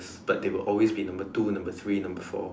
but they will always be number two number three number four